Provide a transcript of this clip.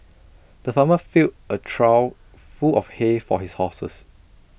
the farmer filled A trough full of hay for his horses